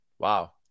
Wow